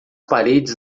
paredes